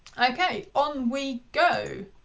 okay, on we go.